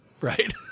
Right